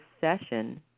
session